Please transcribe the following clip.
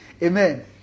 Amen